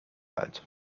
alt